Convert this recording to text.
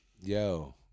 Yo